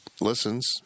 listens